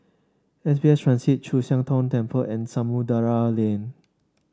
S B S Transit Chu Siang Tong Temple and Samudera Lane